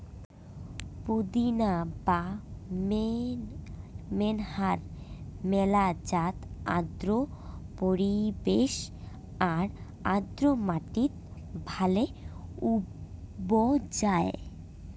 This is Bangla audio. পুদিনা বা মেন্থার মেলা জাত আর্দ্র পরিবেশ আর আর্দ্র মাটিত ভালে উবজায়